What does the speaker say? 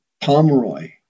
Pomeroy